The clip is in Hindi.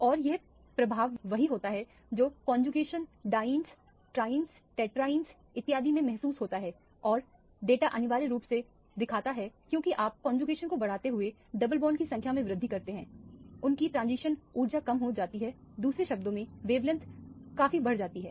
और यह प्रभाव वही होता है जो conjugated dienes trienes tetraene conjugated dienes trienes tetraene इत्यादि में महसूस होता है और डेटा अनिवार्य रूप से दिखाता है क्योंकि आप कौनजुकेशन को बढ़ाते हुए डबल बॉन्ड की संख्या में वृद्धि करते हैं उनकी ट्रांजिशन ऊर्जा कम हो जाती है दूसरे शब्दों में वेवलेंथ काफी बढ़ जाती है